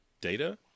data